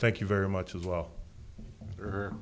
thank you very much as well